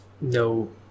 no